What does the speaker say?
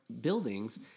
buildings